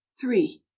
three